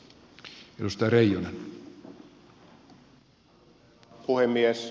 arvoisa herra puhemies